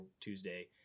Tuesday